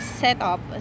setup